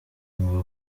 ngo